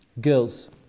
Girls